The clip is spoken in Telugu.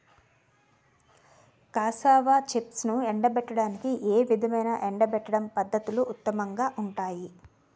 కాసావా చిప్స్ను ఎండబెట్టడానికి ఏ విధమైన ఎండబెట్టడం పద్ధతులు ఉత్తమంగా ఉంటాయి?